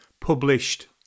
published